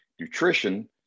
nutrition